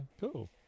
cool